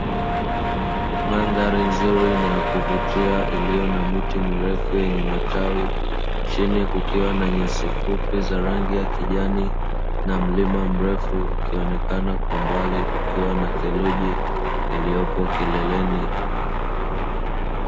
Mandhari nzuri na ya kuvutia iliyo na miti mirefu yenye matawi, chini kukiwa na nyasi fupi za rangi ya kijani na mlima mrefu ukionekana kwa mbali ukiwa na theluji iliyopo kileleni.